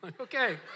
Okay